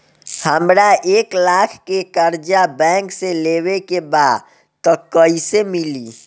हमरा एक लाख के कर्जा बैंक से लेवे के बा त कईसे मिली?